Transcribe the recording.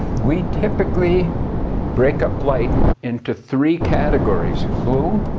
we typically break up light into three categories blue,